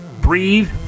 breathe